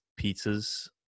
pizzas